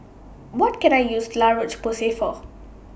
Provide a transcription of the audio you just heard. What Can I use La Roche Porsay For